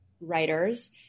writers